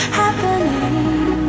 happening